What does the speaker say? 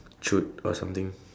chute or something